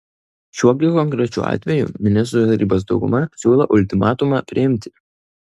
šiuo gi konkrečiu atveju ministrų tarybos dauguma siūlo ultimatumą priimti